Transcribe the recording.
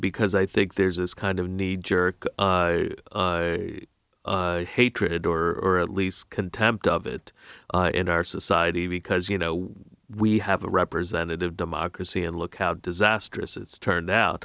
because i think there's this kind of knee jerk hatred or at least contempt of it in our society because you know we have a representative democracy and look how disastrous it's turned